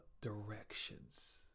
directions